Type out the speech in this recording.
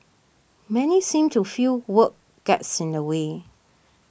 many seem to feel work gets in the way